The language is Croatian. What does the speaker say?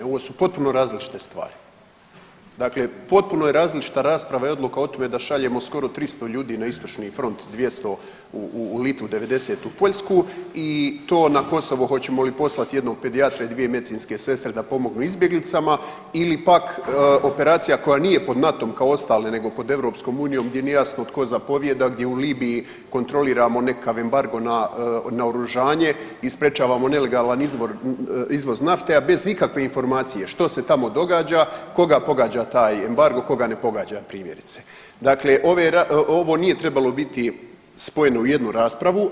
Ovo su potpuno različite stvari, dakle potpuno je različita rasprava i odluka o tome da šaljemo skoro 300 ljudi na istočni front, 200 Litvu, 90 u Poljsku i to na Kosovo hoćemo li poslat jednog pedijatra i dvije medicinske sestre da pomognu izbjeglicama ili pak operacija koja nije pod NATO-m kao ostale nego pod EU gdje nije jasno tko zapovijeda gdje u Libiji kontroliramo nekakav embargo na naoružanje i sprečavamo nelegalan izvoz nafte, a bez ikakve informacije što se tamo događa, koga pogađa taj embargo, koga ne pogađa primjerice, dakle ovo nije trebalo biti spojeno u jednu raspravu.